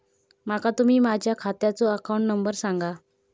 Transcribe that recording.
माका तुम्ही माझ्या खात्याचो अकाउंट नंबर सांगा?